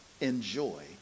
enjoy